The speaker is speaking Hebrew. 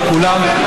לכולם.